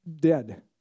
dead